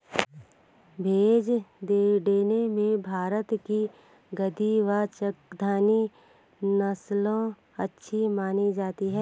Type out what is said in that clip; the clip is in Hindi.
बोझा ढोने में भारत की गद्दी व चांगथागी नस्ले अच्छी मानी जाती हैं